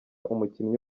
umukinnyi